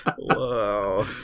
Whoa